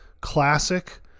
Classic